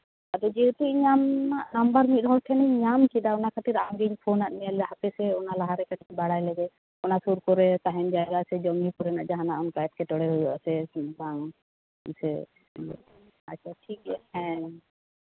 ᱟᱫᱚ ᱡᱮᱦᱮᱛᱩ ᱤᱧ ᱟᱢᱟᱜ ᱱᱟᱢᱵᱟᱨ ᱢᱤᱫ ᱦᱚᱲ ᱴᱷᱮᱱᱤᱧ ᱧᱟᱢ ᱠᱮᱫᱟ ᱚᱱᱟ ᱠᱷᱟᱹᱛᱤᱨ ᱟᱢᱜᱤᱧ ᱯᱷᱳᱱᱟᱫ ᱢᱮᱭᱟ ᱦᱟᱯᱮᱥᱮ ᱚᱱᱟ ᱞᱟᱦᱟᱨᱮ ᱠᱟᱹᱴᱤᱡ ᱤᱧ ᱵᱟᱲᱟᱭ ᱞᱮᱜᱮ ᱚᱱᱟ ᱥᱩᱨ ᱠᱚᱨᱮ ᱛᱟᱦᱮᱱ ᱡᱟᱭᱜᱟ ᱥᱮ ᱡᱚᱢᱼᱧᱩ ᱠᱚᱨᱮ ᱡᱟᱦᱟᱱᱟᱜ ᱚᱱᱠᱟ ᱮᱴᱠᱮᱴᱚᱬᱮ ᱦᱩᱭᱩᱜ ᱟᱥᱮ ᱵᱟᱝ ᱥᱮ ᱤᱭᱟᱹ ᱟᱪᱪᱷᱟ ᱴᱷᱤᱠᱜᱮᱭᱟ ᱦᱮᱸ